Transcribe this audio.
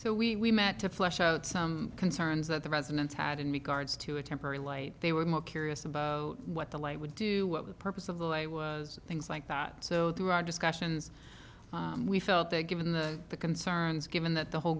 so we met to flesh out some concerns that the residents had in regards to a temporary light they were more curious about what the light would do what the purpose of the way was things like that so there are discussions we felt that given the concerns given that the whole